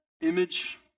image